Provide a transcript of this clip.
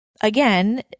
again